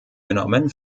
genommen